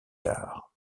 tard